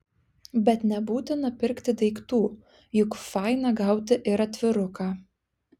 bet nebūtina pirkti daiktų juk faina gauti ir atviruką